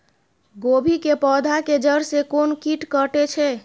गोभी के पोधा के जड़ से कोन कीट कटे छे?